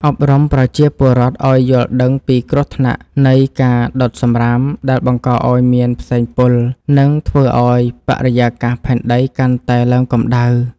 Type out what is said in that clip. អប់រំប្រជាពលរដ្ឋឱ្យយល់ដឹងពីគ្រោះថ្នាក់នៃការដុតសំរាមដែលបង្កឱ្យមានផ្សែងពុល និង ធ្វើឱ្យបរិយាកាសផែនដីកាន់តែឡើងកម្ដៅ។